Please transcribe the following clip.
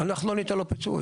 אנחנו לא ניתן לו פיצוי.